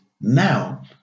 now